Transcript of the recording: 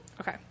Okay